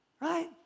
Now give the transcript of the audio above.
Right